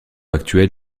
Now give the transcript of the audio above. actuel